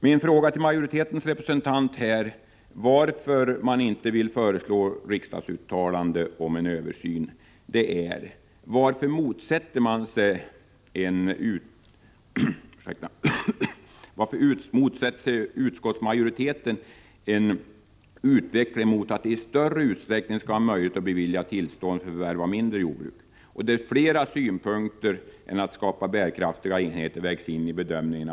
Min fråga till majoritetens representant är: Varför vill utskottsmajoriteten inte föreslå att riksdagen skall göra ett uttalande om inriktningen av en översyn? Varför motsätter sig utskottsmajoriteten en utveckling mot att det i större utsträckning skall vara möjligt att bevilja tillstånd för förvärv av mindre jordbruk, varvid ytterligare synpunkter utöver strävanden att skapa bärkraftiga enheter kan vägas in i bedömningen?